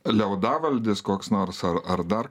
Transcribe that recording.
liaudavaldis koks nors ar ar dar